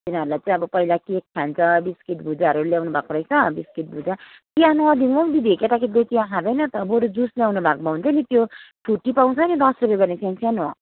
तिनीहरूलाई चाहिँ अब पहिला केक खान्छ बिस्किट भुजाहरू ल्याउनुभएको रहेछ बिस्किट भुजा चिया नदिउँ हौ दिदी केटाकेटीले चिया खाँदैन त बरु जुस ल्याउनुभएको भए हुन्थ्यो नि त्यो फ्रुटी पाउँछ नि दस रुपियाँ गर्ने सानो सानो